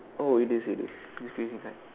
oh it is it is you see inside